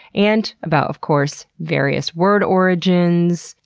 and about, of course, various word origins,